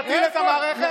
להטריל את המערכת.